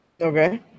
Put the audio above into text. Okay